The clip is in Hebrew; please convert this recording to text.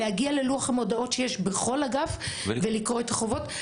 להגיע ללוח המודעות שיש בכל אגף ולקרוא את הזכויות והחובות.